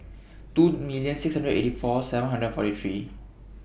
two million six hundred and eighty four seven hundred and forty three